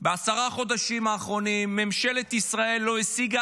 בעשרה חודשים האחרונים ממשלת ישראל לא השיגה